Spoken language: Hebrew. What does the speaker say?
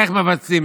איך מבצעים,